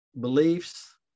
beliefs